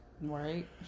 Right